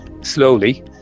slowly